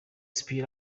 split